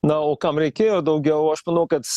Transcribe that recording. na o kam reikėjo daugiau aš manau kad